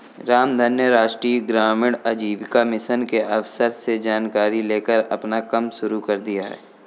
रामधन ने राष्ट्रीय ग्रामीण आजीविका मिशन के अफसर से जानकारी लेकर अपना कम शुरू कर दिया है